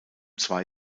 zwei